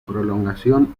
prolongación